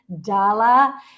Dala